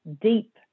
deep